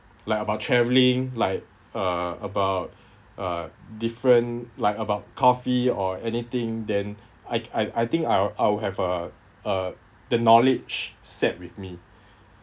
like about travelling like uh about uh different like about coffee or anything then I I I think I'll I'll have a a the knowledge set with me